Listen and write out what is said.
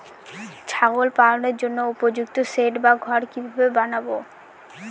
ছাগল পালনের জন্য উপযুক্ত সেড বা ঘর কিভাবে বানাবো?